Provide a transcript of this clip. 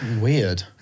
Weird